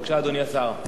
בבקשה, אדוני השר.